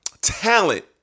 talent